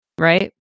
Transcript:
Right